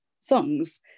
songs